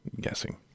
guessing